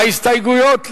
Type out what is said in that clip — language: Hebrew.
ההסתייגויות מס'